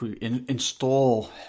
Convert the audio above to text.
install